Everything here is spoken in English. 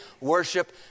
worship